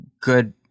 good